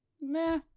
Meh